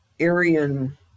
Aryan